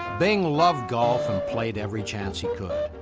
bing loved golf and played every chance he could.